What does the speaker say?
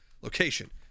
location